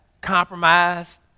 compromised